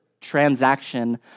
transaction